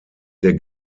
der